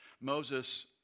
Moses